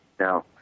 Now